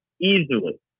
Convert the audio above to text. easily